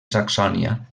saxònia